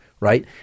right